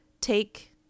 take